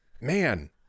man